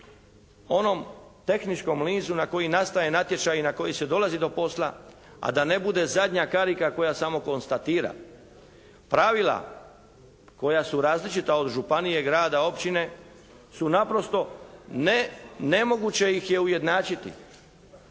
onom tehničkom nizu na koji nastaje natječaj i na koji se dolazi do posla, a da ne bude zadnja karika koja samo konstatira. Pravila koja su različita od županije, grada, općine su naprosto ne, nemoguće ih je ujednačiti.